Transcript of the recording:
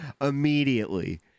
immediately